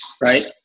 right